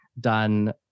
done